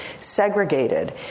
segregated